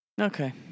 Okay